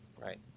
Right